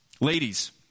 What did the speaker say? Ladies